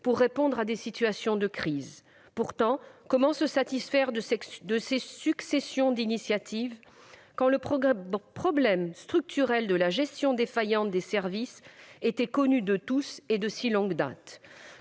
pour répondre à des situations de crise. Pourtant, comment se satisfaire de cette succession d'initiatives quand le problème structurel de la gestion défaillante des services était connu de tous, et de si longue date ?